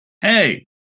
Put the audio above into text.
hey